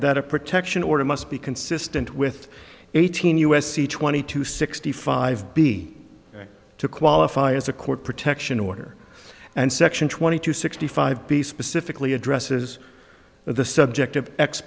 that a protection order must be consistent with eighteen u s c twenty two sixty five b to qualify as a court protection order and section twenty two sixty five b specifically addresses the subject of ex